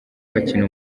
bakina